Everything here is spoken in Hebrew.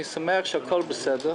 אני שמח שהכול בסדר.